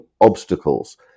obstacles